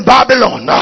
Babylon